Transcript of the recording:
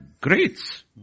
greats